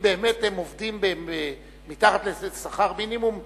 אם באמת הם מקבלים מתחת לשכר המינימום,